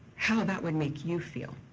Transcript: how that would make you feel.